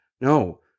No